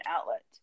outlet